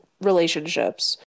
relationships